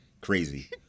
crazy